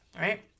right